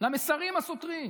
למסרים הסותרים,